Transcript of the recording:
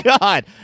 god